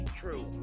true